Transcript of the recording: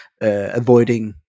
avoiding